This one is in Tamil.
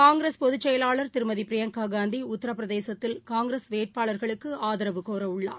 காங்கிரஸ் பொதுச்செயலாளர் திருமதிபிரியங்காகாந்திஉத்திரபிரதேசத்தில் காங்கிரஸ் வேட்பாளா்களுக்குஆதரவு கோரவுள்ளார்